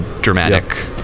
dramatic